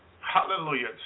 Hallelujah